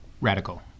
Radical